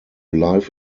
life